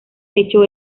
hecho